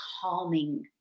calming